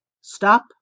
stop